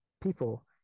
people